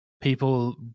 people